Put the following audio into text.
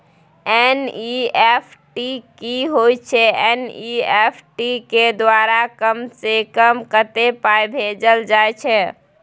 NEFT की होय छै एन.ई.एफ.टी के द्वारा कम से कम कत्ते पाई भेजल जाय छै?